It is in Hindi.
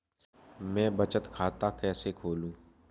मैं बचत खाता कैसे खोलूं?